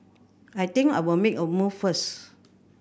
I think I'll make a move first